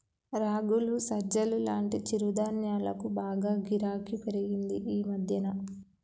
రాగులు, సజ్జలు లాంటి చిరుధాన్యాలకు బాగా గిరాకీ పెరిగింది ఈ మధ్యన